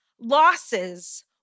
losses